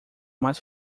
mais